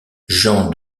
jean